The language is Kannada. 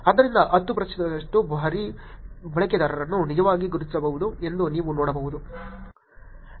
ಆದ್ದರಿಂದ 10 ಪ್ರತಿಶತದಷ್ಟು ಬಾರಿ ಬಳಕೆದಾರರನ್ನು ನಿಜವಾಗಿ ಗುರುತಿಸಬಹುದು ಎಂದು ನೀವು ನೋಡಬಹುದು